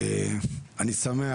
אני שמח,